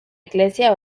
iglesia